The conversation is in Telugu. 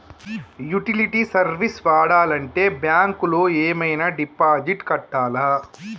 యుటిలిటీ సర్వీస్ వాడాలంటే బ్యాంక్ లో ఏమైనా డిపాజిట్ కట్టాలా?